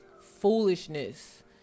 foolishness